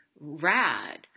rad